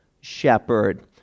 shepherd